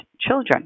children